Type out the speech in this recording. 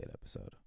episode